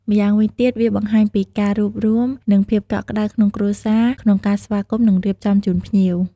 ម្យ៉ាងវិញទៀត វាបង្ហាញពីការរួបរួម និងភាពកក់ក្ដៅក្នុងគ្រួសារក្នុងការស្វាគមន៍ និងរៀបចំជូនភ្ញៀវ។